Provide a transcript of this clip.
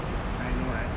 I know right